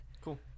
Cool